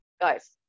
guys